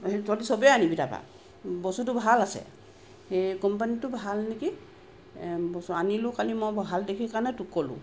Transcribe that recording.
তহঁতি চবে আনিবি তাৰপৰা বস্তুটো ভাল আছে সেই কম্পানীটো ভাল নেকি ব আনিলো কালি মই ভাল দেখি কাৰণে তোক ক'লোঁ